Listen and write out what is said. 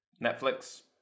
Netflix